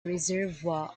reservoir